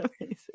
amazing